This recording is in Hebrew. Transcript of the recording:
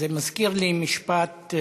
זה מזכיר לי משפט,